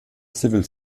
civil